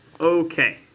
Okay